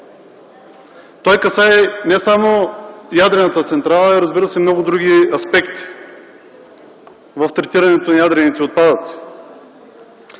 Той касае не само ядрената централа, а и много други аспекти в третирането на ядрените отпадъци.